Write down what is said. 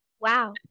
wow